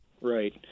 Right